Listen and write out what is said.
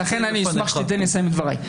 ולכן אני אשמח שתיתן לי לסיים את דבריי.